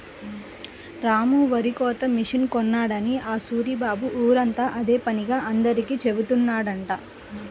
రాము వరికోత మిషన్ కొన్నాడని ఆ సూరిబాబు ఊరంతా అదే పనిగా అందరికీ జెబుతున్నాడంట